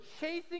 chasing